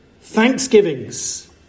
Thanksgivings